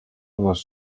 vos